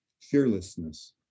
fearlessness